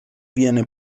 viene